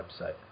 website